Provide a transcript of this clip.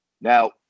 Now